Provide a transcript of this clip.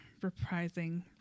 reprising